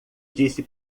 disse